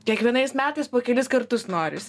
kiekvienais metais po kelis kartus norisi